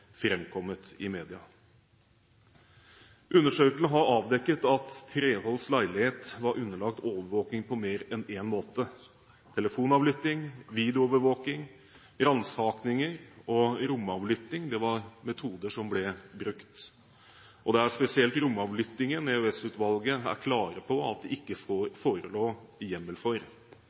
framkommet i media. Undersøkelser har avdekket at Treholts leilighet var underlagt overvåking på mer enn én måte – telefonavlytting, videoovervåking, ransakinger og romavlytting var metoder som ble brukt. Det er spesielt romavlyttingen EOS-utvalget er klar på at det ikke forelå hjemmel for.